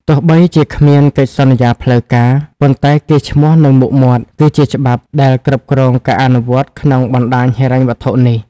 ទោះបីជាគ្មានកិច្ចសន្យាផ្លូវការ ប៉ុន្តែ "កេរ្តិ៍ឈ្មោះ និងមុខមាត់" គឺជាច្បាប់ដែលគ្រប់គ្រងការអនុវត្តក្នុងបណ្ដាញហិរញ្ញវត្ថុនេះ។